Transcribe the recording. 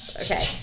Okay